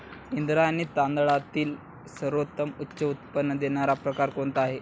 इंद्रायणी तांदळातील सर्वोत्तम उच्च उत्पन्न देणारा प्रकार कोणता आहे?